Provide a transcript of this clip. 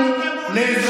לא רוצים יותר מזה.